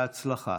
בהצלחה.